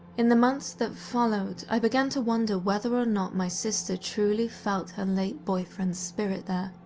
in the months that followed, i began to wonder whether or not my sister truly felt her late-boyfriend's spirit there,